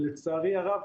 ולצערי הרב,